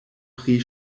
pri